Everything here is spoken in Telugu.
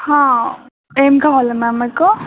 ఏం కావాలి మ్యామ్ మీకు